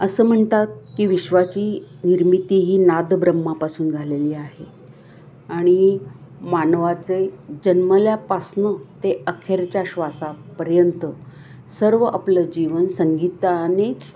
असं म्हणतात की विश्वाची निर्मिती ही नाद ब्रह्मापासून झालेली आहे आणि मानवाचे जन्मल्यापासनं ते अखेरच्या श्वासापर्यंत सर्व आपलं जीवन संगीतानेच